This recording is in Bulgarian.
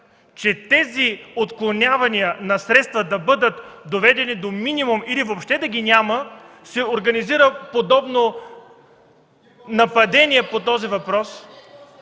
че тези отклонявания на средства да бъдат доведени до минимум или въобще да ги няма, се организира подобно нападение по този въпрос.